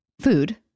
food